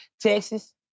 Texas